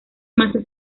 masa